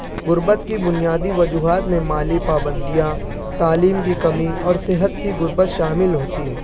غربت کی بنیادی وجوہات میں مالی پابندیاں تعلیم کی کمی اور صحت کی غربت شامل ہوتی ہے